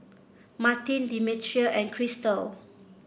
Martin Demetria and Chrystal